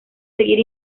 seguir